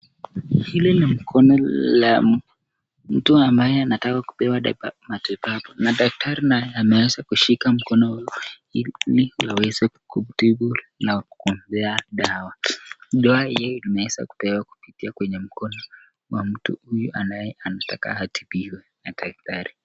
Hili ni mkono la mtu ambaye anataka kupewa matibabu na daktari naye ameanza kushika mkono hii ili aweze kumtibu na kumpea dawa. Dawa hii inaweza kupewa kupitia kwenye mkono wa mtu naye anataka atibiwe na daktari.